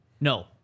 No